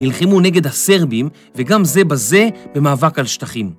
נלחמו נגד הסרבים וגם זה בזה במאבק על שטחים.